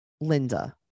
Linda